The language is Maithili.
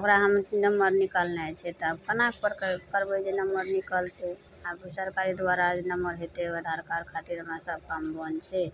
ओकरा हम नम्बर निकालनाइ छै तऽ आब थाना परके करबै जे नम्बर निकलतै आब ई सरकारे द्वारा जे नम्बर हेतै ओहि आधार कार्ड खातिर हमरा सभकाम बन्द छै